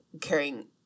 carrying